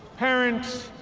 parents,